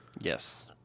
Yes